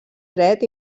dret